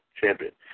Champion